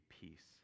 peace